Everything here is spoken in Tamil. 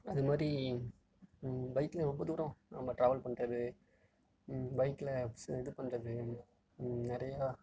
அது மாதிரி பைக்கில் ரொம்ப தூரம் நம்ம டிராவல் பண்ணுறது பைக்கில் சொ இது பண்ணுறது நிறையா